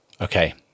Okay